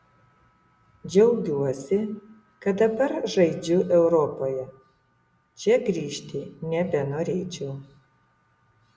džiaugiuosi kad dabar žaidžiu europoje čia grįžti nebenorėčiau